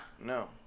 No